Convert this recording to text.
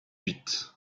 huit